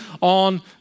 on